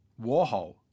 Warhol